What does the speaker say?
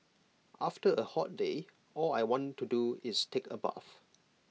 after A hot day all I want to do is take A bath